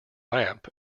lamp